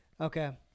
Okay